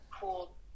cool